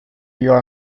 your